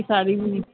साड़ी बि